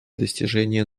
достижения